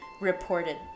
reported